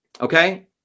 Okay